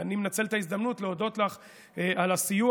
ואני מנצל את ההזדמנות להודות לך על הסיוע,